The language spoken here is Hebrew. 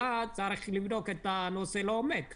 אלה צריך לבדוק את הנושא לעומק --- אורי,